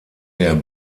der